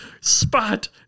spot